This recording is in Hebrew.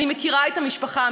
אני מכירה את המשפחה.